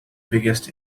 biggest